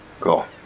Cool